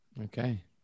Okay